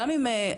גם אם,